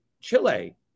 Chile